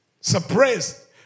Suppressed